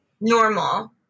normal